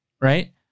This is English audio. Right